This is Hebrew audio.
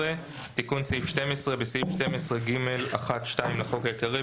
תיקון סעיף 12 12. בסעיף 12(ג1)(2) לחוק העיקרי,